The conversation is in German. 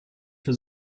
für